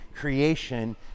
creation